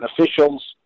officials